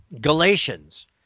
Galatians